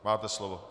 Máte slovo.